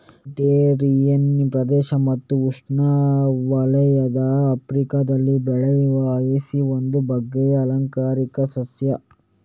Mediterranean ಪ್ರದೇಶ ಮತ್ತು ಉಷ್ಣವಲಯದ ಆಫ್ರಿಕಾದಲ್ಲಿ ಬೆಳೆಯುವ ಹಯಸಿಂತ್ ಒಂದು ಬಗೆಯ ಆಲಂಕಾರಿಕ ಸಸ್ಯ